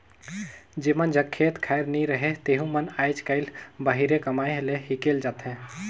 जेमन जग खेत खाएर नी रहें तेहू मन आएज काएल बाहिरे कमाए ले हिकेल जाथें